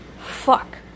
fuck